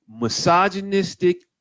misogynistic